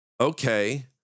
okay